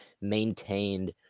maintained